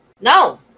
No